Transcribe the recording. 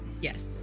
yes